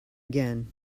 again